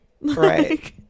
right